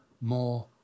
more